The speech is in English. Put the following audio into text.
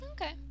Okay